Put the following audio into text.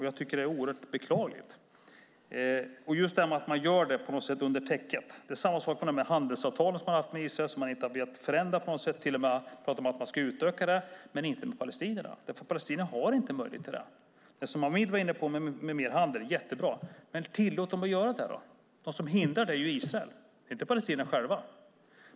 Jag tycker att det är oerhört beklagligt, och man gör det på något sätt under täcket. Det är samma sak när det gäller de handelsavtal som man har haft med Israel och som man inte har velat förändra. Man har till och med pratat om att man ska utöka dem, men inte med palestinierna. Palestinierna har ingen möjlighet till det. Det som Hanif var inne på om mer handel är jättebra, men tillåt dem att göra det då! Det är Israel som hindrar detta. Det är inte palestinierna själva.